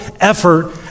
effort